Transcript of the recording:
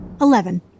Eleven